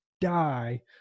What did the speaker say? die